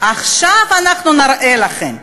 עכשיו אנחנו נראה לכם.